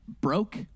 Broke